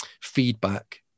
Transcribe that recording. feedback